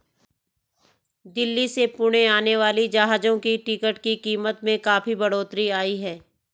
दिल्ली से पुणे आने वाली जहाजों की टिकट की कीमत में काफी बढ़ोतरी आई है